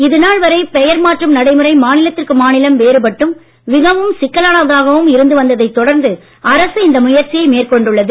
இதுநாள் வரை பெயர் மாற்றும் நடைமுறை மாநிலத்திற்கு மாநிலம் வேறுபட்டும் மிகவும் சிக்கலானதாகவும் இருந்து வந்ததை தொடர்ந்து அரசு இந்த முயற்சியை மேற்கொண்டுள்ளது